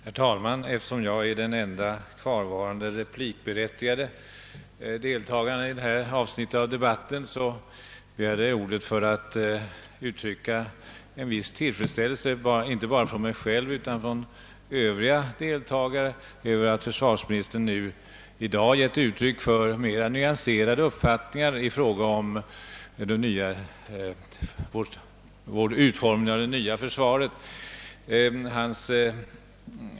Herr talman! Eftersom jag är den ende kvarvarande replikberättigade deltagaren i detta avsnitt av debatten, begärde jag ordet för att inte bara för mig själv utan även för övriga deltagare framföra en viss tillfredsställelse över att försvarsministern i dag givit uttryck för en mera nyanserad uppfattning i fråga om utformningen av det nya försvaret.